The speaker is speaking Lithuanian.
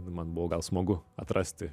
man buvo gal smagu atrasti